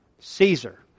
Caesar